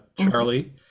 Charlie